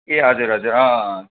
ए हजुर हजुर अँ अँ अँ